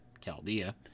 Chaldea